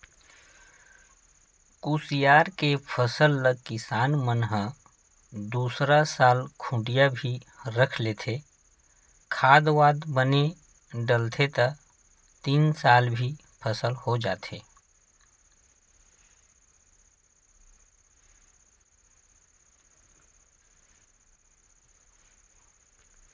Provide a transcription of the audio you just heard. कुसियार के फसल ल किसान मन ह दूसरा साल खूटिया भी रख लेथे, खाद वाद बने डलथे त तीन साल भी फसल हो जाथे